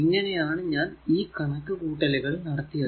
ഇങ്ങനെ ആണ് ഞാൻ ഈ കണക്കു കൂട്ടലുകൾ നടത്തിയത്